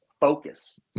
focus